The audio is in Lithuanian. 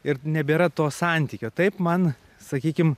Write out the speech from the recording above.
ir nebėra to santykio taip man sakykim